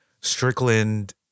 Strickland